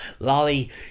Lolly